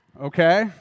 okay